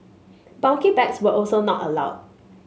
bulky bags were also not allowed